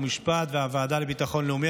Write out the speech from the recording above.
חוק ומשפט והוועדה לביטחון לאומי,